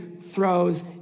throws